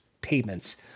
payments